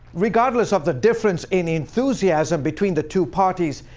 regardless of the difference in enthusiasm between the two parties,